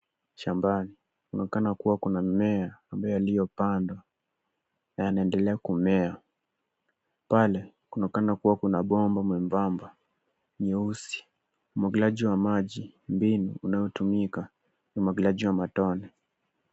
Shambani kunaonekana kuwa kuna mimea ambayo yaliyopandwa na yanaendelea kumea. Pale kunaonekana kuwa na bomba mwembamba nyeusi. Umwagiliaji wa maji , mbinu inaotumika umwagiliaji wa matone.